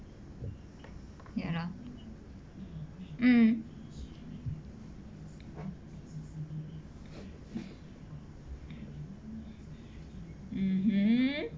ya lor mm mmhmm